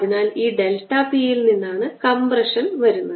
അതിനാൽ ഈ delta p യിൽ നിന്നാണ് കംപ്രഷൻ വരുന്നത്